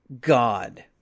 God